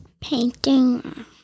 painting